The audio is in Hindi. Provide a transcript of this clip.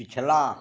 पिछला